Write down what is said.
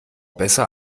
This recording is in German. besser